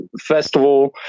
festival